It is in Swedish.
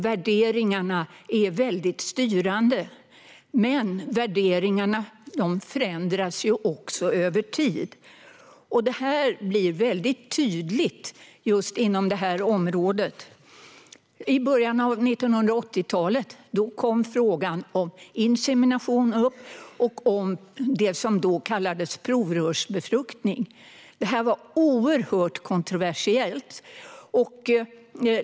Värderingarna är mycket styrande. De förändras dock över tid, vilket blir väldigt tydligt inom just detta område. I början av 1980-talet kom frågan om insemination och om det som då kallades provrörsbefruktning upp. Det här var oerhört kontroversiellt.